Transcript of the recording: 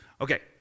okay